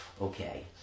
Okay